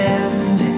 end